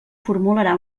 formularà